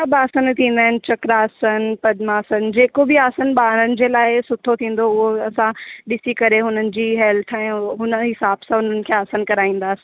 सभु आसनु थींदा आहिनि चक्रासन पद्ममासन जे को बि आसनु ॿारनि जे लाइ सुठो थींदो उहो असां ॾिसी करे हुननि जी हेल्थ ऐं हुन ई हिसाब सां हुननि खे आसनु कराईंदासि